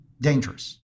dangerous